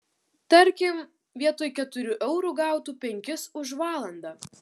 tarkim vietoj keturių eurų gautų penkis už valandą